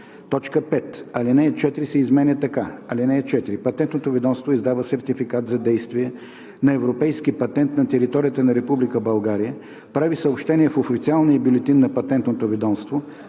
5. Алинея 4 се изменя така: „(4) Патентното ведомство издава сертификат за действие на европейски патент на територията на Република България, прави съобщение в Официалния бюлетин на Патентното ведомство